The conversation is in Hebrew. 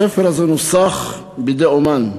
הספר הזה נוסח בידי אמן,